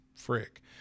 Frick